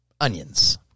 Onions